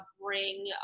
bring